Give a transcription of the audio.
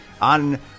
on